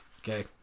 Okay